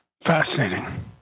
Fascinating